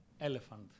elephant